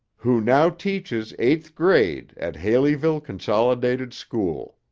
who now teaches eighth grade at haleyville consolidated school.